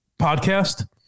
podcast